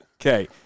Okay